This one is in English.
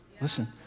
Listen